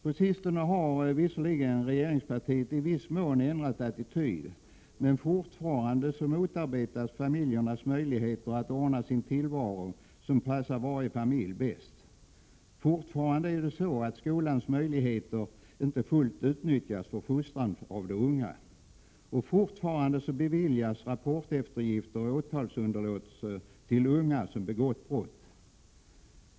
På sistone har regeringspartiet visserligen i viss mån ändrat attityd, men fortfarande motarbetas familjernas möjligheter att ordna sin tillvaro på det sätt som passar varje familj bäst. Det är fortfarande så att skolans möjligheter till fostran av de unga inte utnyttjas fullt ut. Fortfarande beviljas rapporteftergifter och åtalsunderlåtelse för unga som begått brott.